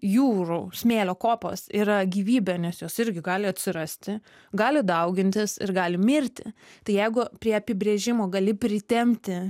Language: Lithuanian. jūrų smėlio kopos yra gyvybė nes jos irgi gali atsirasti gali daugintis ir gali mirti tai jeigu prie apibrėžimo gali pritempti